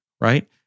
right